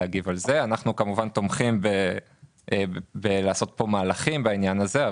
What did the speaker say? תומכים בלעשות מהלכים בעניין הזה.